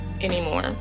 anymore